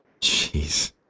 Jeez